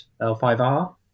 L5R